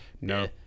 No